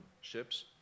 ships